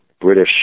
British